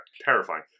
Terrifying